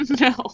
no